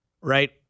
right